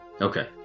Okay